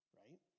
right